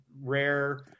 rare